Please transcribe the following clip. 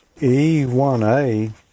E1A